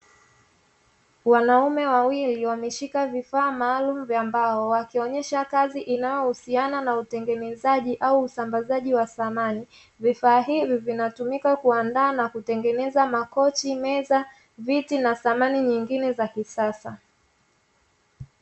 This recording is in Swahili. Wanaume wawili wameshika vifaa maalum vya mbao, wakionyesha kazi inayohusiana na utengenezaji au usambazaji wa samani vifaa hivi vinatumika kuandaa na kutengeneza makochi meza viti na samani nyingine za kisasa.